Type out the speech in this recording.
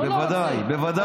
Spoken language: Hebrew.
אמרתי: בוודאי, בוודאי.